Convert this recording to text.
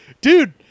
dude